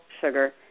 sugar